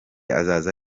azaza